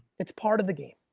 it's part of the game,